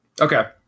Okay